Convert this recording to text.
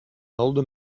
older